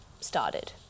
started